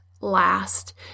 last